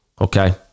okay